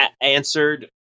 answered